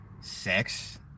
Sex